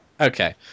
Okay